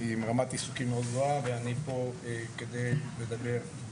ואני חושבת,